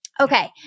okay